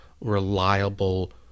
reliable